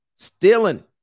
stealing